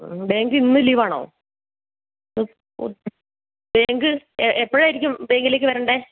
bank ഇന്ന് leave ആണോ bank എപ്പോഴായിരിക്കും ബേങ്കിലേക്ക് വരേണ്ടത്